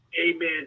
Amen